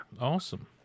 Awesome